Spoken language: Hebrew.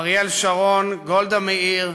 אריאל שרון, גולדה מאיר,